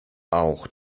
auch